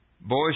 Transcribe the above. boys